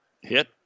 hit